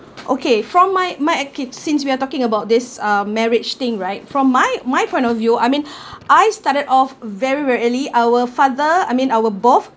okay from my my uh kids since we are talking about this um marriage thing right from my my point of view I mean I started off very very early our father I mean our birth